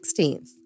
16th